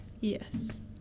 yes